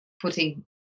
putting